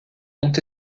ont